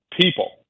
people